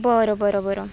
बरं बरं बरं